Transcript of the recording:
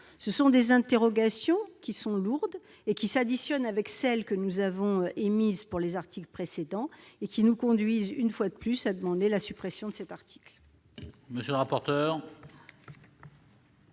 ? Ces interrogations sont lourdes et s'additionnent avec celles que nous avons émises sur les articles précédents. Elles nous conduisent, une fois de plus, à demander la suppression de l'article.